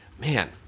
Man